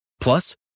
Plus